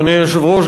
אדוני היושב-ראש,